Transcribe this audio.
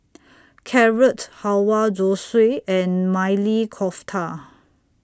Carrot Halwa Zosui and Maili Kofta